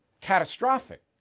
catastrophic